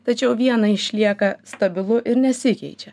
tačiau viena išlieka stabilu ir nesikeičia